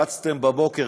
רצתם בבוקר,